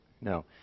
no